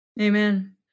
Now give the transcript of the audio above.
Amen